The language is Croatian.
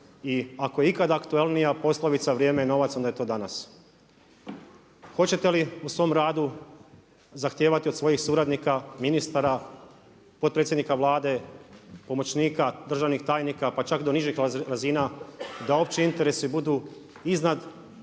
i ako je ikad aktualnija poslovica „Vrijeme je novac“ onda je to danas. Hoćete li u svom radu zahtijevati od svojih suradnika, ministara, potpredsjednika Vlade, pomoćnika, državnih tajnika pa čak do nižih razina da opći interesi budu iznad